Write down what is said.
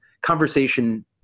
conversation